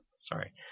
Sorry